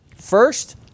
First